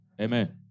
Amen